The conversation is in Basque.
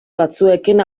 batzuekin